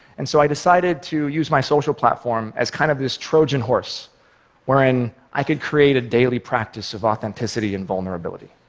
and so i decided to use my social platform as kind of this trojan horse wherein i could create a daily practice of authenticity and vulnerability.